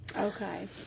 Okay